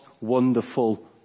wonderful